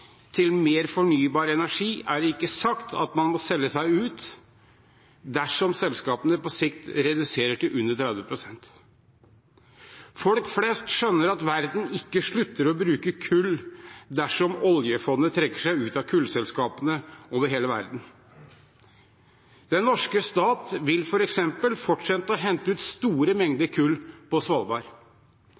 til mer fornybar energi, er det ikke sagt at man må selge seg ut dersom selskapene på sikt reduserer til under 30 pst. Folk flest skjønner at verden ikke slutter å bruke kull dersom oljefondet trekker seg ut av kullselskapene over hele verden. Den norske stat vil f.eks. fortsette å hente ut store mengder kull på Svalbard.